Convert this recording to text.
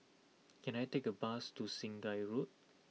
can I take a bus to Sungei Road